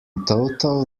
total